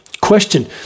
Question